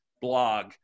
blog